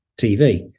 TV